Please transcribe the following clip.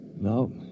No